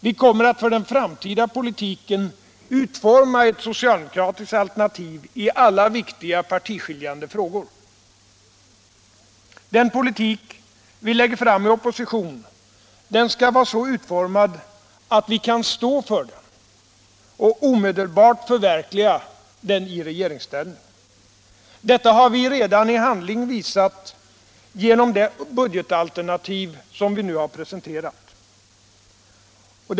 Vi kommer att för den framtida politiken utforma ett socialdemokratiskt alternativ i alla viktiga partiskiljande frågor. Den politik vi lägger fram i opposition skall vara så utformad att vi kan stå för den och omedelbart förverkliga den i regeringsställning. Detta har vi redan i handling visat genom det budgetalternativ vi nu presenterat.